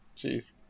Jeez